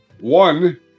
One